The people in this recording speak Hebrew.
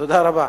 תודה רבה.